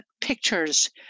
pictures